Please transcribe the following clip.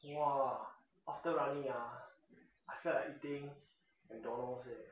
!wah! after running ah I feel like eating McDonald's leh